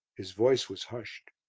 his voice was hushed.